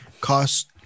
Cost